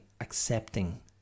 accepting